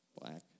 black